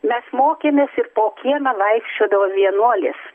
mes mokėmės ir po kiemą vaikščiodavom vienuolės